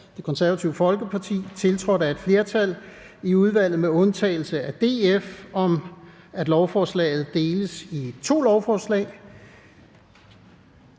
et mindretal (KF), tiltrådt af et flertal (udvalget med undtagelse af DF) om, at lovforslaget deles i to lovforslag?